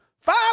Five